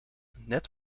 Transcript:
net